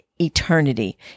eternity